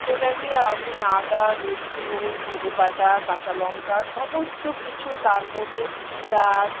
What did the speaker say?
সেটাকে আমি আদা রসুন ধনেপাতা কাঁচালঙ্কা সমস্ত কিছু তার মধ্যে পিঁয়াজ